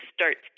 starts